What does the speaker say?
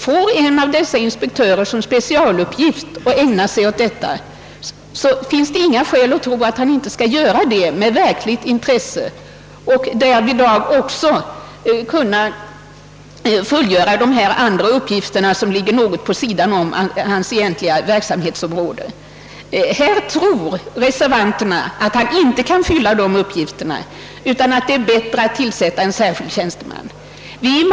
Får en av dessa inspektörer som specialuppgift att ägna sig åt detta finns det inga skäl att tro, att han inte skulle göra det med verkligt intresse och också fullgöra de andra uppgifterna som ligger något vid sidan av hans egentliga verksamhetsområde. Reservanterna tror att han inte kan göra det utan att det är bättre att tillsätta en särskild tjänsteman för dem.